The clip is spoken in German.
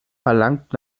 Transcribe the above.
verlangt